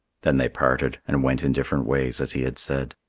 then they parted and went in different ways as he had said.